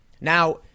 Now